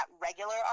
regular